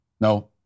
No